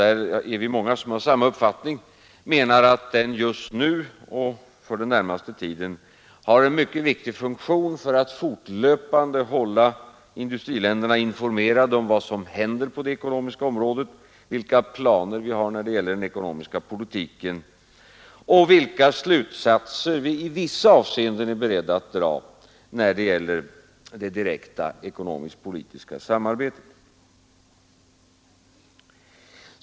Vi är många som menar att denna grupp just nu och för den närmaste framtiden har en mycket viktig funktion för att fortlöpande hålla industriländerna informerade om vad som händer i resp. länder på det ekonomiska området, vilka planer vi har när det gäller den ekonomiska politiken och vilka slutsatser vi i vissa avseenden är beredda att dra när det gäller det direkta ekonomisk-politiska samarbetet.